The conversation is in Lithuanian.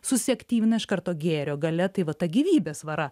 susiaktyvina iš karto gėrio galia tai va ta gyvybės vara